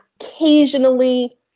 occasionally